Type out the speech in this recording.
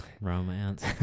romance